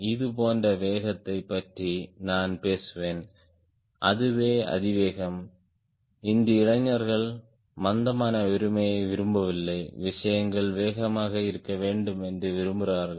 இது போன்ற வேகத்தை பற்றி நான் பேசுவேன் அதுவே அதிவேகம் இன்று இளைஞர்கள் மந்தமான உரிமையை விரும்பவில்லை விஷயங்கள் வேகமாக இருக்க வேண்டும் என்று விரும்புகிறார்கள்